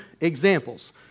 examples